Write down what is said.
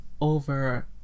over